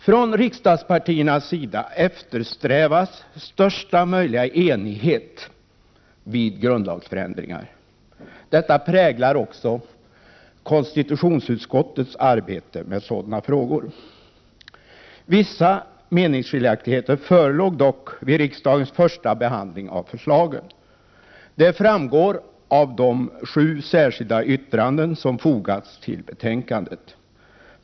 Från riksdagspartiernas sida eftersträvas största möjliga enighet vid grundlagsförändringar. Detta präglar också konstitutionsutskottets arbete med sådana frågor. Vissa meningsskiljaktigheter förelåg dock vid riksdagens första behandling av förslagen. Det framgår av de sju särskilda yttranden som fogats till betänkandet.